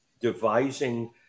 devising